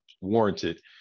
warranted